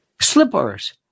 slippers